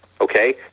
okay